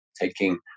taking